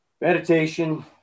meditation